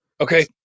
okay